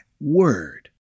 word